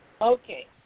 Okay